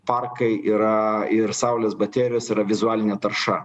parkai yra ir saulės baterijos yra vizualinė tarša